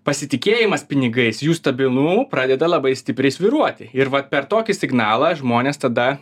pasitikėjimas pinigais jų stabilumu pradeda labai stipriai svyruoti ir vat per tokį signalą žmonės tada